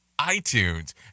itunes